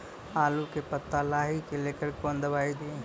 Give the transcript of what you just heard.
आलू के पत्ता लाही के लेकर कौन दवाई दी?